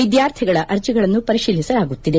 ವಿದ್ದಾರ್ಥಿಗಳ ಅರ್ಜಿಗಳನ್ನು ಪರಿಶೀಲಿಸಲಾಗುತ್ತಿದೆ